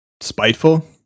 Spiteful